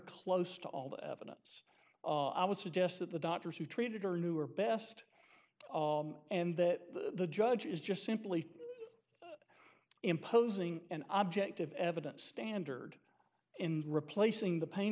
close to all the evidence i would suggest that the doctors who treated her knew were best and that the judge is just simply imposing an object of evidence standard in replacing the pain